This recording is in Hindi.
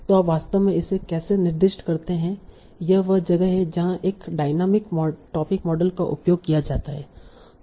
तो आप वास्तव में इसे कैसे निर्दिष्ट करते हैं और यह वह जगह है जहां एक डायनामिक टोपिक मॉडल का उपयोग किया जाता है